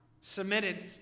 submitted